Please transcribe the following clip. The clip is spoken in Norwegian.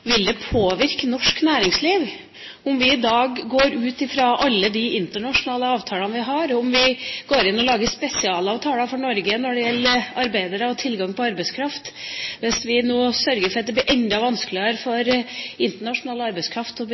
vi i dag går ut av alle de internasjonale avtalene vi har, og går inn og lager spesialavtaler for Norge når det gjelder arbeidere og tilgang på arbeidskraft, hvis vi nå sørger for at det blir enda vanskeligere å ta i bruk internasjonal arbeidskraft